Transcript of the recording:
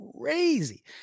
crazy